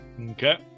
Okay